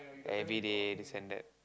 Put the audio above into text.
everyday this and that